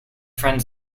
friend